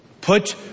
Put